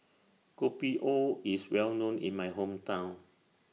Kopi O IS Well known in My Hometown